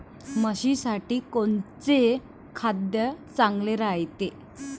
म्हशीसाठी कोनचे खाद्य चांगलं रायते?